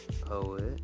Poet